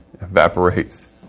evaporates